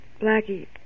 Blackie